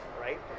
right